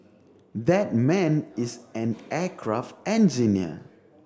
that man is an aircraft engineer